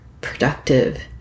productive